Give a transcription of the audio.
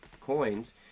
Coins